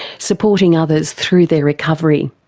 supporting others through their recovery.